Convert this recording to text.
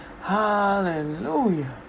Hallelujah